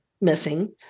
missing